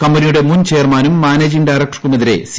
കമ്പനിയുടെ മുൻ ചെയർമാനും മാനേജിംഗ് ഡയറക്ടർക്കുമെതിരെ സി